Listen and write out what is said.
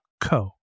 co